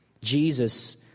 Jesus